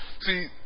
See